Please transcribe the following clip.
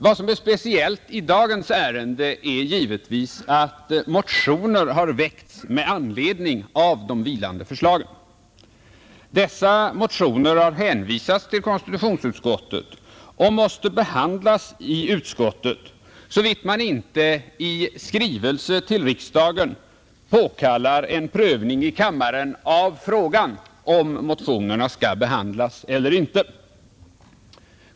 Vad som är speciellt i dagens ärende är att motioner har väckts med anledning av de vilande förslagen, Dessa motioner har hänvisats till konstitutionsutskottet och måste behandlas i utskottet, såvitt man inte i skrivelse till riksdagen påkallar en prövning i kammaren av frågan om motionerna skall behandlas eller inte.